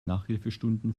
nachhilfestunden